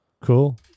Cool